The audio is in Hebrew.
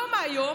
לא מהיום,